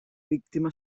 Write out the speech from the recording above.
víctima